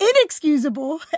inexcusable